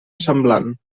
semblant